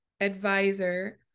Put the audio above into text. advisor